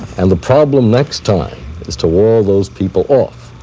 and the problem next time is to wall those people off.